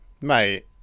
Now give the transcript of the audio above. Mate